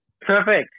Perfect